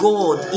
God